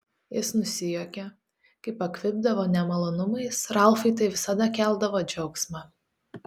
jis nusijuokė kai pakvipdavo nemalonumais ralfui tai visada keldavo džiaugsmą